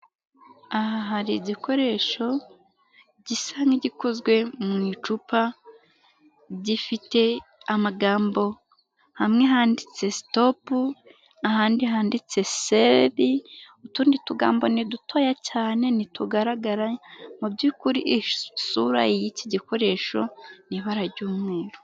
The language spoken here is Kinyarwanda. Aha hari igikoresho gisa n'igikozwe mu icupa gifite amagambo hamwe handitse sitopu ahandi handitse seri, utundi tugambo ni dutoya cyane ntitugaragara mu byukuri isura y'iki gikoresho ni ibara ry'umweru.